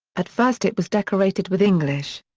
at first it was decorated with english.